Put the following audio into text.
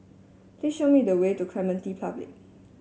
please show me the way to Clementi Public